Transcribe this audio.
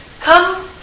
come